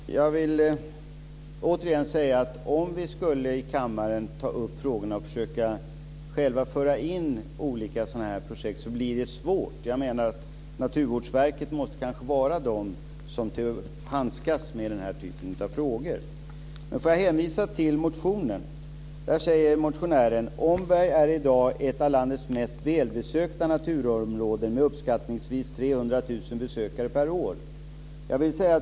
Herr talman! Jag vill återigen säga att om vi här i kammaren ska ta upp frågorna och själva försöka föra in olika sådana här projekt blir det svårt. Naturvårdsverket måste nog vara de som handskas med den här typen av frågor. I motionen säger motionären: "Omberg är idag ett av landets mest välbesökta naturområden med uppskattningsvis 300 000 besökare per år."